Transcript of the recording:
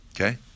Okay